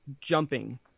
jumping